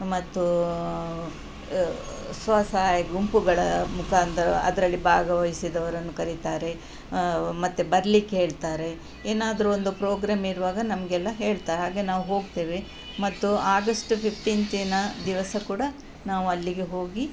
ಮತ್ತು ಸ್ವಸಹಾಯ ಗುಂಪುಗಳ ಮುಖಾಂತರ ಅದರಲ್ಲಿ ಭಾಗವಹಿಸಿದವರನ್ನು ಕರೀತಾರೆ ಮತ್ತು ಬರ್ಲಿಕ್ಕೆ ಹೇಳ್ತಾರೆ ಏನಾದ್ರೂ ಒಂದು ಪ್ರೋಗ್ರಾಮ್ ಇರುವಾಗ ನಮಗೆಲ್ಲ ಹೇಳ್ತಾ ಹಾಗೆ ನಾವು ಹೋಗ್ತೇವೆ ಮತ್ತು ಆಗಸ್ಟ್ ಫಿಫ್ಟೀಂತಿನ ದಿವಸ ಕೂಡ ನಾವು ಅಲ್ಲಿಗೆ ಹೋಗಿ